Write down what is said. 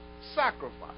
sacrifice